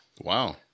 Wow